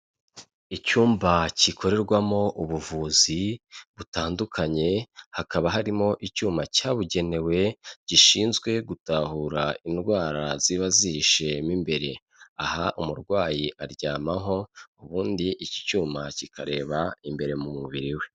Icyumba gikorerwamo ubuvuzi butandukanye, hakaba harimo icyuma cyabugenewe gishinzwe gutahura indwara ziba zihishe mo imbere, aha umurwayi aryamaho ubundi iki cyuma kikareba imbere mu mubiri we.